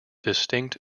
distinct